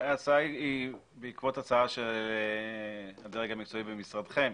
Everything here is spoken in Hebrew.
ההצעה היא בעקבות הצעה של הדרג המקצועי במשרדכם.